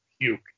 puke